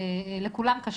לכולם קשה.